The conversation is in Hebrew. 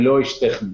אני לא איש טכני.